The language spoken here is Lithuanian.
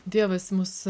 dievas mus